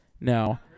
No